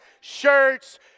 shirts